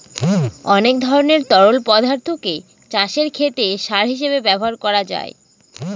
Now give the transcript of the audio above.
অনেক ধরনের তরল পদার্থকে চাষের ক্ষেতে সার হিসেবে ব্যবহার করা যায়